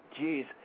Jeez